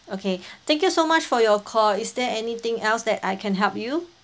okay thank you so much for your call is there anything else that I can help you